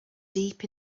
deep